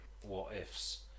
what-ifs